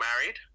married